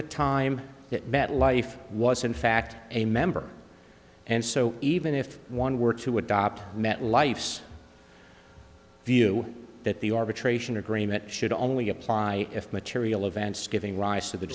the time that met life was in fact a member and so even if one were to adopt met life's view that the arbitration agreement should only apply if material events giving rise to the